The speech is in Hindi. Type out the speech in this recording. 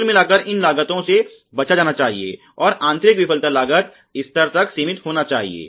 कुल मिलकर इन लागतो से बचा जाना चाहिए और आंतरिक विफलता लागत स्तर तक सीमित होना चाहिए